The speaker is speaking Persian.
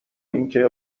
اینکه